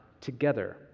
together